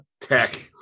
tech